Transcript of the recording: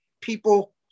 people